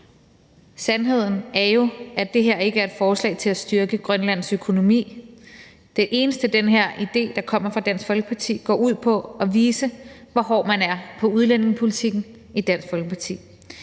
Sandheden er jo, at det her ikke er et forslag til at styrke Grønlands økonomi. Det eneste, den her idé, der kommer fra Dansk Folkeparti, går ud på, er at vise, hvor hård man er i Dansk Folkeparti